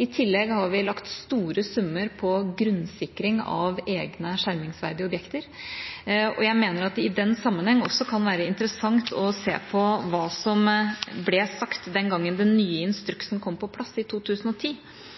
I tillegg har vi lagt til store summer til grunnsikring av egne skjermingsverdige objekter. Jeg mener at det i den sammenheng også kan være interessant å se på hva som ble sagt den gangen den nye instruksen kom på plass, i 2010.